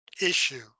issue